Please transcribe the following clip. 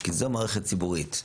כי זו מערכת ציבורית,